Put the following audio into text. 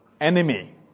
enemy